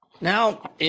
Now